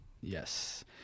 yes